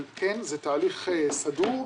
אבל זה תהליך סדור,